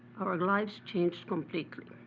our lives changed completely.